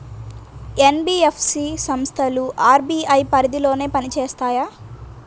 NBFC సంస్థలు RBI పరిధిలోనే పని చేస్తాయా?